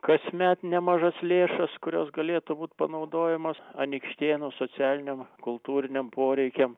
kasmet nemažas lėšas kurios galėtų būt panaudojamos anykštėnų socialiniam kultūriniam poreikiams